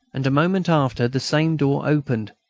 and a moment after, the same door opened,